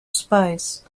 spies